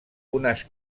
unes